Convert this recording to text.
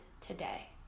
today